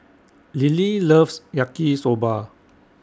Lillie loves Yaki Soba